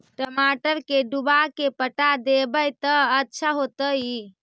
टमाटर के डुबा के पटा देबै त अच्छा होतई?